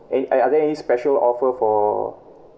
are uh are there any special offer for